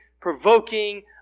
provoking